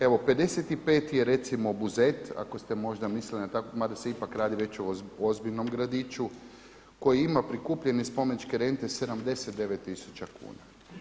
Evo 55. je recimo Buzet, ako ste možda mislili na tako, mada se ipak radi već o ozbiljnom gradiću koji ima prikupljene spomeničke rente 79 tisuća kuna.